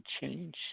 change